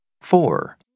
Four